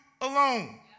alone